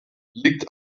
liegt